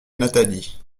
nathalie